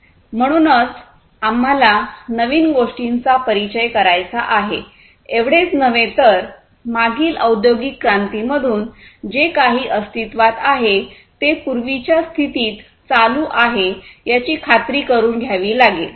म्हणूनच आम्हाला नवीन गोष्टींचा परिचय करायचा आहे एवढेच नव्हे तर मागील औद्योगिक क्रांतींमधून जे काही अस्तित्वात आहे ते पूर्वीच्या स्थितीत चालू आहे याची खात्री करून घ्यावी लागेल